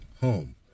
home